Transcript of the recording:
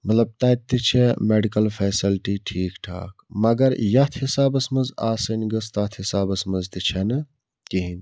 مطلب تَتہِ تہِ چھِ مٮ۪ڈِکَل فٮ۪سَلٹی ٹھیٖک ٹھاک مگر یَتھ حِسابَس منٛز آسٕنۍ گٔژھ تَتھ حِسابَس منٛز تہِ چھَنہٕ کِہیٖنۍ